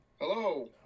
Hello